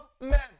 men